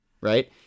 Right